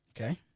okay